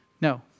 No